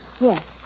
Yes